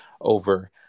over